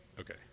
Okay